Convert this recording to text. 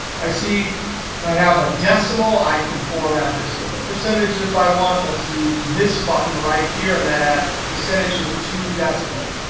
i see and i have a decimal. i can format this with a percentage and if i want. let's do this button right here. and that adds percentage with two decimals.